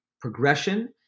progression